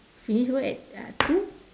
finish work at uh two